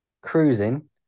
cruising